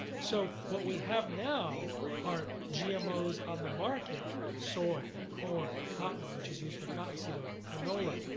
so what we have now are gmos on the market soy, corn, cotton, which is used for cottonseed oil, canola,